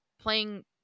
playing